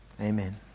Amen